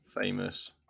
famous